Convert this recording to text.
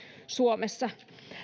suomessa